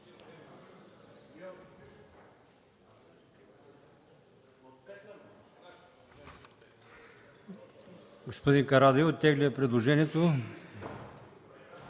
Господин Карадайъ оттегля предложението